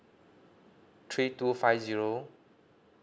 three two five zero